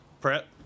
Prep